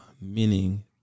meaning